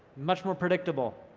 much more predictable.